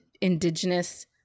indigenous